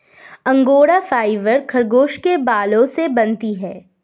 angora fibre खरगोश के बालों से बनती है